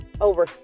over